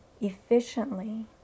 efficiently